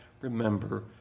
remember